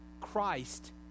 Christ